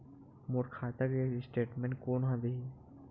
मोर खाता के स्टेटमेंट कोन ह देही?